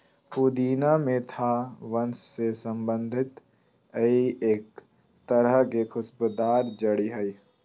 पुदीना मेंथा वंश से संबंधित ई एक तरह के खुशबूदार जड़ी हइ